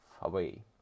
away